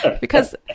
because-